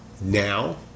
now